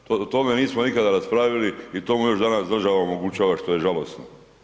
O tome nismo nikada raspravili to mu još danas država omogućava što je žalosno.